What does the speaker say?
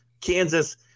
Kansas